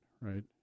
right